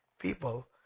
people